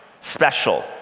special